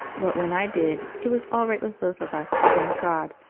but when i did, it was all right with both of us, thank god!